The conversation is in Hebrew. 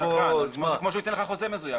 זה כמו שהוא ייתן לך חוזה מזויף.